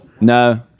No